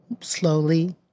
slowly